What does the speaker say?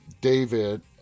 David